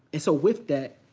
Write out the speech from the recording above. and so with that,